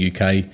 UK